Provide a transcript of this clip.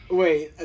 wait